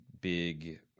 big